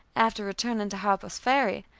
after returning to harper's ferry,